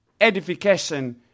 edification